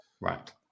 right